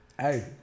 Hey